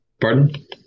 Pardon